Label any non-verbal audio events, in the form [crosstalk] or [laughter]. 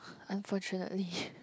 unfortunately [breath]